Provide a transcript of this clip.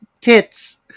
tits